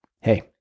hey